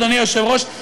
אדוני היושב-ראש,